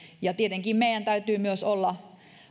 tietenkin meidän täytyy myös olla